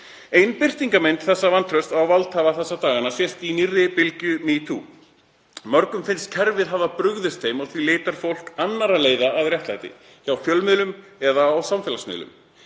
Ein birtingarmynd vantraustsins til valdhafa þessa dagana sést í nýrri bylgju #metoo. Mörgum finnst kerfið hafa brugðist þeim. Því leitar fólk annarra leiða að réttlæti; hjá fjölmiðlum eða á samfélagsmiðlum.